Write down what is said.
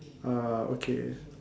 ah okay